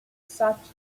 such